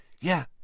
Yeah